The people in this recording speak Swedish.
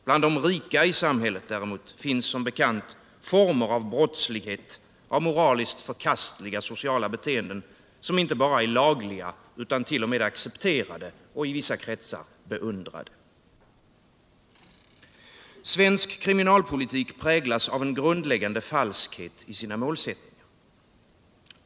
Bland de rika i samhället finns däremot som bekant former av brottslighet och moraliskt förkastliga sociala beteenden, som inte bara är lagliga utan t.o.m. accepterade och i vissa kretsar även beundrade. Svensk kriminalpolitik präglas av en grundläggande falskhet i sina målsättningar.